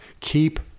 Keep